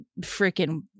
freaking